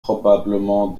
probablement